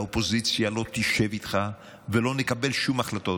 האופוזיציה לא תשב איתך ולא נקבל שום החלטות.